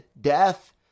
death